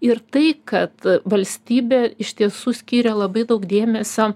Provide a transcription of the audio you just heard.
ir tai kad valstybė iš tiesų skyrė labai daug dėmesio